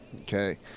Okay